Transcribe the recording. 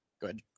Good